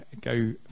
go